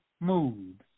mood